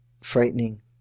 frightening